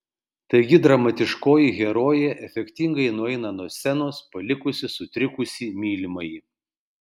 taigi dramatiškoji herojė efektingai nueina nuo scenos palikusi sutrikusį mylimąjį